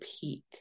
peak